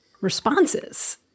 responses